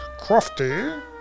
Crofty